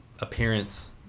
appearance